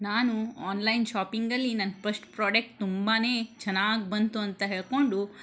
ನಾನು ಆನ್ಲೈನ್ ಶಾಪಿಂಗಲ್ಲಿ ನನ್ನ ಪಸ್ಟ್ ಪ್ರಾಡೆಕ್ಟ್ ತುಂಬಾ ಚೆನ್ನಾಗಿ ಬಂತು ಅಂತ ಹೇಳಿಕೊಂಡು